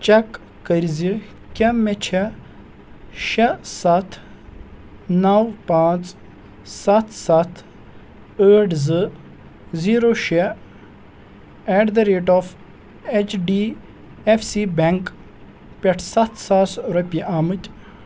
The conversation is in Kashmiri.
چیک کٔرۍ زِ کیٛاہ مےٚ چھےٚ شےٚ ستھ نَو پانٛژھ ستھ ستھ ٲٹھ زٕ زیٖرو شےٚ eight the rate of H D F پٮ۪ٹھ ستھ ساس رۄپیہِ آمٕتۍ